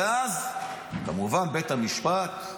ואז כמובן בית המשפט,